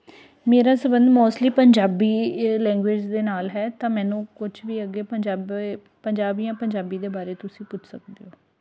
ਮੇਰਾ ਸੰਬੰਧ mostly Punjabi language ਦੇ ਨਾਲ ਹੈ ਤਾਂ ਮੈਨੂੰ ਕੁਛ ਵੀ ਅੱਗੇ ਪੰਜਾਬੀ ਪੰਜਾਬ ਜਾਂ ਪੰਜਾਬੀ ਦੇ ਬਾਰੇ ਤੁਸੀਂ ਪੁੱਛ ਸਕਦੇ ਹੋ